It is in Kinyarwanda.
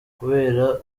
ukurasana